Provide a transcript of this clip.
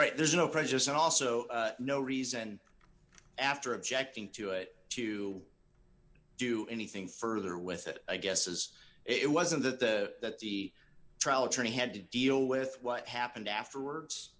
right there's no prejudice and also no reason after objecting to it to do anything further with it i guess is it wasn't that the that the trial attorney had to deal with what happened afterwards